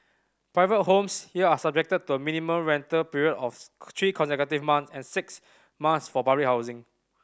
private homes here are subject to a minimum rental period of three consecutive month and six months for public housing